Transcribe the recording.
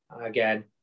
again